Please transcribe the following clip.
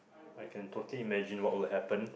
I can totally imagine what will happen